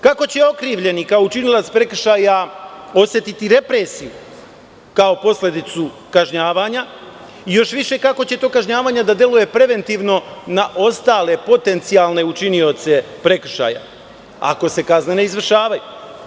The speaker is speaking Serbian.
Kako će okrivljeni kao učinilac prekršaja osetiti represiju kao posledicu kažnjavanja i, još više, kako će to kažnjavanje da deluje preventivno na ostale potencijalne učinioce prekršaja ako se kazne ne izvršavaju?